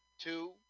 two